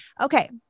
Okay